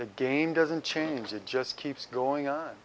the game doesn't change it just keeps going on